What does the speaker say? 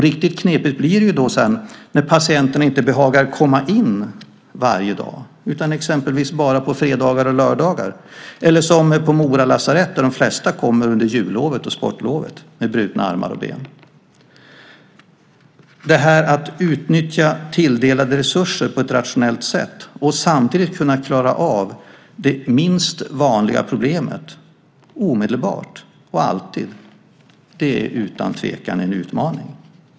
Riktigt knepigt blir det sedan när patienterna inte behagar komma varje dag utan exempelvis bara på fredagar och lördagar eller som på Mora lasarett, dit de flesta kommer under jullovet och sportlovet med brutna armar och ben. Detta att utnyttja tilldelade resurser på ett rationellt sätt och samtidigt kunna klara av det minst vanliga problemet omedelbart och alltid är utan tvekan en utmaning.